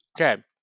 Okay